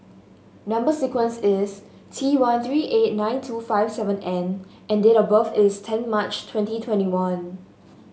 number sequence is T one three eight nine two five seven N and date of birth is ten March twenty twenty one